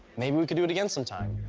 maybe we could do it again sometime.